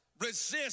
resist